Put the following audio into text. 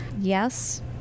yes